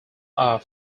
are